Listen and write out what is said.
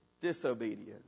disobedience